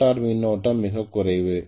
rotor மின்னோட்டம் மிகக் குறைவு